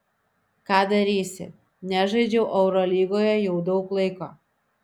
ką darysi nežaidžiau eurolygoje jau daug laiko